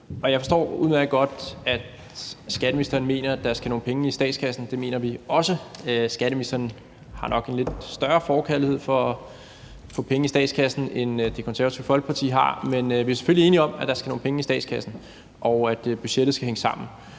Jeg forstår udmærket godt, at skatteministeren mener, at der skal nogle penge i statskassen. Det mener vi også. Skatteministeren har nok en lidt større forkærlighed for at få penge i statskassen, end Det Konservative Folkeparti har, men vi er selvfølgelig enige om, at der skal nogle penge i statskassen, og at budgettet skal hænge sammen.